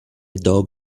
dog